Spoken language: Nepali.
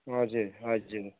हजुर हजुर